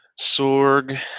Sorg